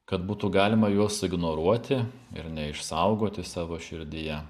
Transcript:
kad būtų galima juos ignoruoti ir neišsaugoti savo širdyje